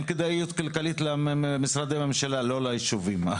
אין כדאיות כלכלית למשרד הממשלה, לא לישובים.